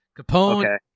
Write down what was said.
Capone